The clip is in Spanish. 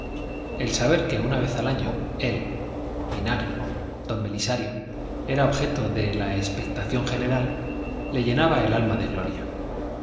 el saber que una vez al año él vinagre don belisario era objeto de la espectación general le llenaba el alma de gloria